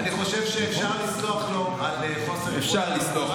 אני חושב שאפשר לסלוח לו על חוסר יכולת,